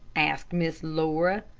asked miss laura.